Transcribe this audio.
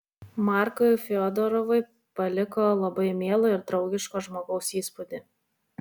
markui fiodorovui paliko labai mielo ir draugiško žmogaus įspūdį